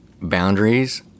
boundaries